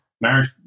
marriage